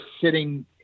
sitting